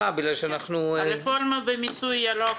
הרפורמה במיסוי ירוק,